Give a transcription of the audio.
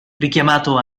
richiamato